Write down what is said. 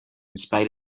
spite